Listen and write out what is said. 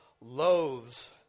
loathes